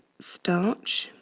starch